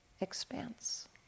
expanse